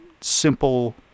simple